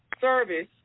service